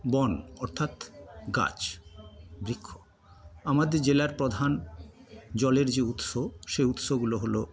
বন অর্থাৎ গাছ বৃক্ষ আমাদের জেলার প্রধান জলের যে উৎস সে উৎসগুলো হল